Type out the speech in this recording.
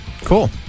Cool